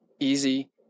easy